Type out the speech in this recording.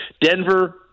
Denver –